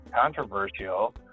controversial